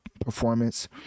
performance